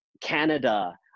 Canada